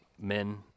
men